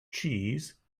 cheese